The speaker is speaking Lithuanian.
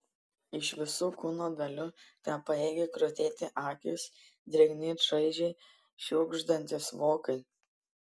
iš visų kūno dalių tepajėgė krutėti akys drėgni čaižiai šiugždantys vokai